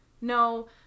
no